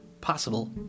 Possible